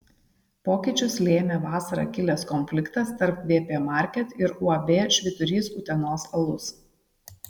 pokyčius lėmė vasarą kilęs konfliktas tarp vp market ir uab švyturys utenos alus